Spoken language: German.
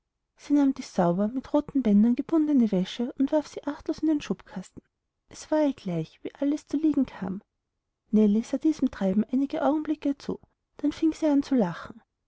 die sauber mit roten bändern gebundene wäsche und warf sie achtlos in die schubkasten es war ihr gleich wie alles zu liegen kam nellie sah diesem treiben einige augenblicke zu dann fing sie an zu lachen